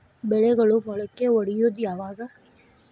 ಬೆಳೆಗಳು ಮೊಳಕೆ ಒಡಿಯೋದ್ ಯಾವಾಗ್?